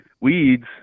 weeds